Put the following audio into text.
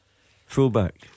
fullback